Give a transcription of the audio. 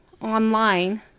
online